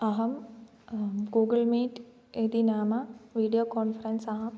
अहं Google Meet इति नाम वीडियो कान्फ़रेन्सा